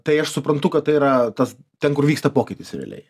tai aš suprantu kad tai yra tas ten kur vyksta pokytis realiai